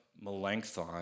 Melanchthon